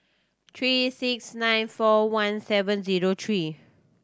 three six nine four one seven zero three